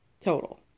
total